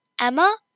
Emma